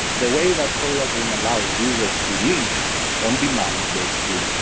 the way that holoclean allows users to link on demand, basically,